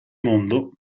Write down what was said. mondo